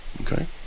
Okay